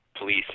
police